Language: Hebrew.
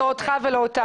לא אותך ולא אותנו.